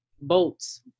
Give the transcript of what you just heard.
boats